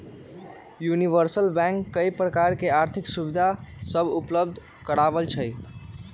universal bank कय प्रकार के आर्थिक सुविधा सभ उपलब्ध करबइ छइ